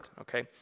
okay